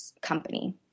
company